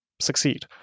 succeed